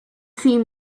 seeing